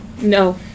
No